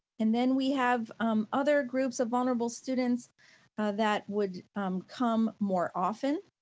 and then we have other groups of vulnerable students that would come more often.